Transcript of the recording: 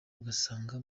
ugasanga